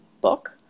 book